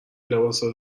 لباسو